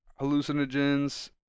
hallucinogens